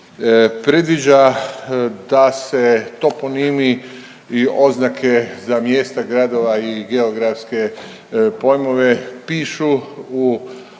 predviđa da se toponimi i oznake za mjesta, gradova i geografske pojmove pišu u,